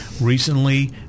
Recently